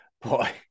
Boy